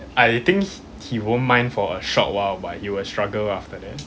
I think he won't mind for a short while but he will struggle after that